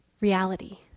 reality